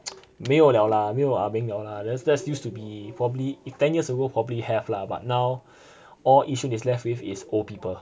没有 liao lah 没有 ah beng liao lah that that used to be probably if ten years ago probably have lah but now all yishun is left with is old people